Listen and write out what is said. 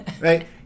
right